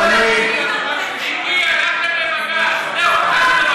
מיקי, הלכתם לבג"ץ, זהו.